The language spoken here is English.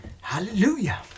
Hallelujah